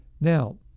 Now